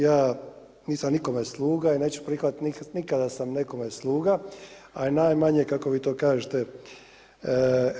Ja nisam nikome sluga i neću prihvatiti nikada da sam nekome sluga, a najmanje kako vi to kažete EU.